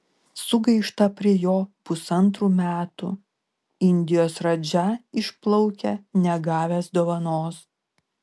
sugaišta prie jo pusantrų metų indijos radža išplaukia negavęs dovanos